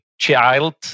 child